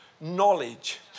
knowledge